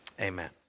amen